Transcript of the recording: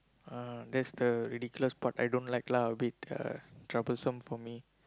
ah that's the ridiculous part I don't like lah a bit uh troublesome for me